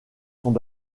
sont